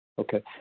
Okay